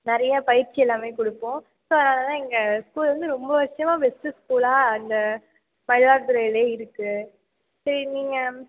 நிறைய பயிற்சி எல்லாமே கொடுப்போம் ஸோ அதனால் எங்கள் ஸ்கூல் வந்து ரொம்ப வருஷமா பெஸ்ட்டு ஸ்கூலாக இந்த மயிலாடுதுறையிலே இருக்குது சரி நீங்கள்